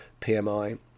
PMI